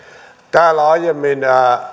täällä aiemmin